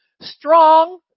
strong